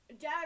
Dad